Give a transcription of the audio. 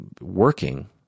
working